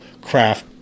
craft